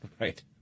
right